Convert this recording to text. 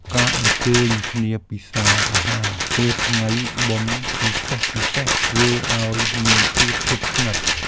ការអញ្ជើញគ្នាពិសារអាហារពេលថ្ងៃបុណ្យពិសេសៗធ្វើឱ្យមានភាពជិតស្និទ្ធ។